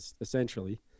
essentially